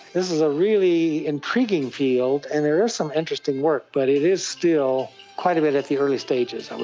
this is a really intriguing field and there is some interesting work but it is still quite a bit at the early stages um